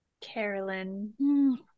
Carolyn